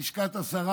בלשכת השרה,